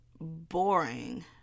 boring